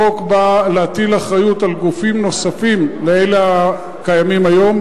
החוק בא להטיל אחריות על גופים נוספים על אלה הקיימים היום,